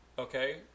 Okay